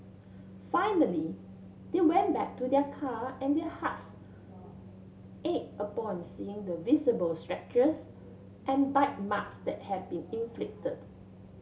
finally they went back to their car and their hearts ache upon seeing the visible scratches and bite marks that had been inflicted